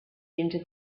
into